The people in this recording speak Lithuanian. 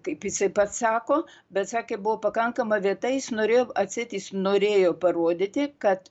kaip jisai pats sako bet sakė buvo pakankama vieta jis norėjo atseit jis norėjo parodyti kad